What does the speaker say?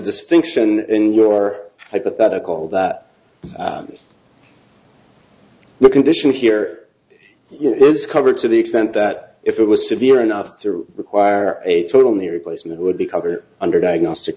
distinction and you are hypothetical that the condition here was covered to the extent that if it was severe enough to require a total knee replacement would be covered under diagnostic